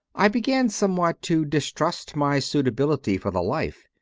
i began somewhat to distrust my suitability for the life.